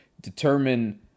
determine